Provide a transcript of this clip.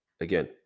again